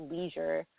Leisure